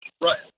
right